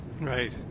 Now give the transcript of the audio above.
Right